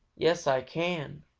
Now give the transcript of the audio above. yes, ah can!